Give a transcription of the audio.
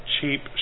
cheap